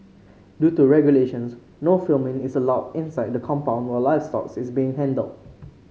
due to regulations no filming is allowed inside the compound while livestock is being handled